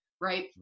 right